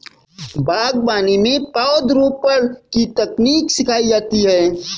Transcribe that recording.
बागवानी में पौधरोपण की तकनीक सिखाई जाती है